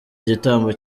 igitambo